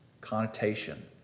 connotation